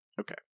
Okay